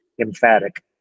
emphatic